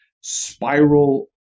spiral